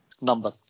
number